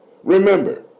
Remember